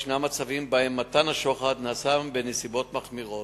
יש מצבים שבהם מתן השוחד נעשה בנסיבות מחמירות,